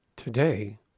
Today